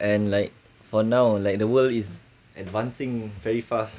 and like for now like the world is advancing very fast